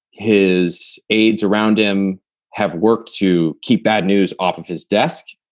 his aides around him have worked to keep bad news off of his desk.